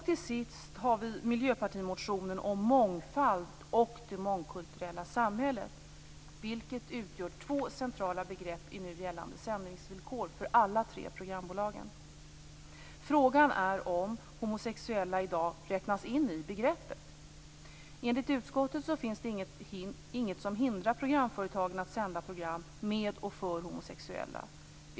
Till sist har vi miljöpartimotionen om mångfald och det mångkulturella samhället, vilket utgör två centrala begrepp i nu gällande sändningsvillkor för alla tre programbolagen. Frågan är om homosexuella i dag räknas in i begreppet. Enligt utskottet finns det inget som hindrar programföretagen att sända program med och för homosexuella.